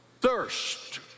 thirst